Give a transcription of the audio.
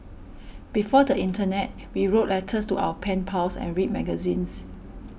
before the internet we wrote letters to our pen pals and read magazines